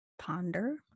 Ponder